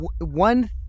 one